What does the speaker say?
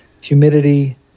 humidity